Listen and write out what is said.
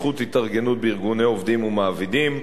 זכות התארגנות בארגוני עובדים ומעבידים,